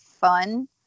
fun